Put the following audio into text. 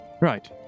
Right